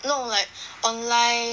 no like online